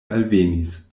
alvenis